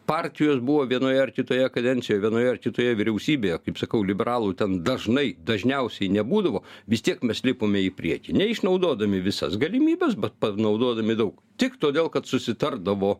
partijos buvo vienoje ar kitoje kadencijoje vienoje ar kitoje vyriausybėje kaip sakau liberalų ten dažnai dažniausiai nebūdavo vis tiek mes lipome į priekį neišnaudodami visas galimybes bet panaudodami daug tik todėl kad susitardavo